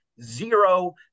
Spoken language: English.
zero